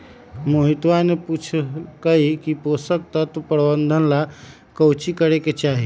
मोहितवा ने पूछल कई की पोषण तत्व प्रबंधन ला काउची करे के चाहि?